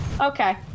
Okay